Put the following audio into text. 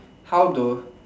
how to